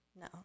no